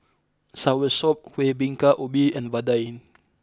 Soursop Kuih Bingka Ubi and Vadai